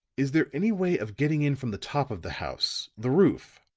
is there any way of getting in from the top of the house the roof?